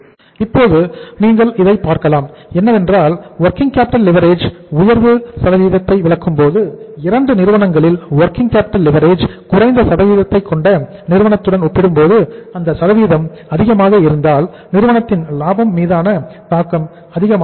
இப்போது நீங்கள் இதை பார்க்கலாம் என்னவென்றால் வொர்கிங் கேப்பிட்டல் லிவரேஜ் குறைந்த சதவீதத்தை கொண்ட நிறுவனத்துடன் ஒப்பிடும்போது அந்த சதவீதம் அதிகமாக இருந்தால் நிறுவனத்தின் லாபத்தின் மீதான தாக்கம் அதிகமாக இருக்கும்